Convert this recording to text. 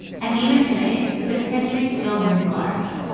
and even today this history still looms large.